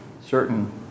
certain